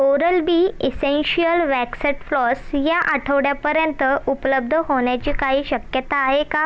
oral B essential waxed floss ह्या आठवड्यापर्यंत उपलब्ध होण्याची काही शक्यता आहे का